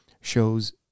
shows